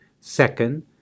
Second